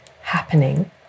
happening